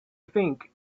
think